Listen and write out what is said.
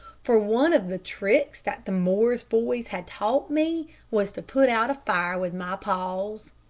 for one of the tricks that the morris boys had taught me was to put out a fire with my paws.